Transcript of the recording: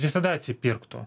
visada atsipirktų